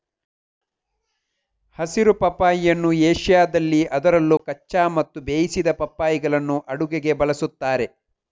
ಹಸಿರು ಪಪ್ಪಾಯಿಯನ್ನು ಏಷ್ಯಾದಲ್ಲಿ ಅದರಲ್ಲೂ ಕಚ್ಚಾ ಮತ್ತು ಬೇಯಿಸಿದ ಪಪ್ಪಾಯಿಗಳನ್ನು ಅಡುಗೆಗೆ ಬಳಸುತ್ತಾರೆ